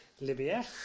Libya